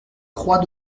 croix